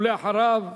ואחריו,